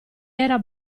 era